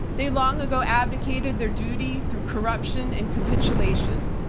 they long ago abdicated their duty through corruption and capitulation.